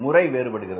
முறை வேறுபடுகிறது